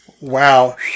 Wow